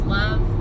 love